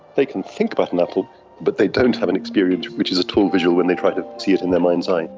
they can think about an apple but they don't have an experience which is at all visual when they try to see it in their mind's eye.